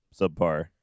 subpar